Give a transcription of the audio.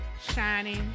Shining